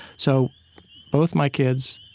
so both my kids,